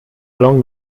ballon